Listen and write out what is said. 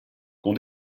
qu’on